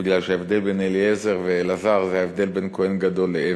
כי ההבדל בין אליעזר לאלעזר זה ההבדל בין כוהן גדול לעבד.